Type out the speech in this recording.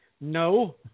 No